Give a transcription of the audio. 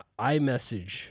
iMessage